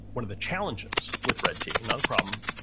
one of the challenges with red teaming, not a problem.